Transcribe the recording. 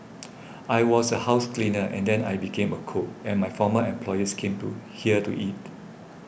I was a house cleaner and then I became a cook and my former employers came to here to eat